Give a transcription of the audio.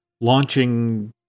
launching